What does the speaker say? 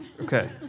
Okay